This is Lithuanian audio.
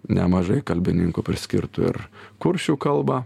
nemažai kalbininkų priskirtų ir kuršių kalbą